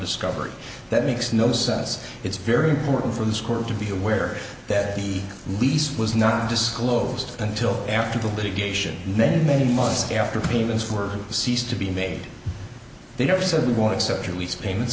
discovered that makes no sense it's very important for the school to be aware that the lease was not disclosed until after the litigation many many months after payments were ceased to be made they never said we want to set your lease payments